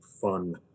fun